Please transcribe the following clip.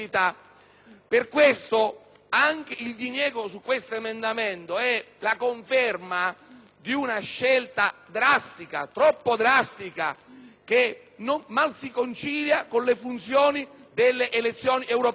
questo il diniego su questo emendamento è la conferma di una scelta drastica, troppo drastica, che mal si concilia con la natura delle elezioni europee.